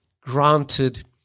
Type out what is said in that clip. granted